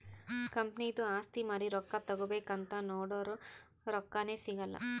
ಕಂಪನಿದು ಆಸ್ತಿ ಮಾರಿ ರೊಕ್ಕಾ ತಗೋಬೇಕ್ ಅಂತ್ ನೊಡುರ್ ರೊಕ್ಕಾನೇ ಸಿಗಲ್ಲ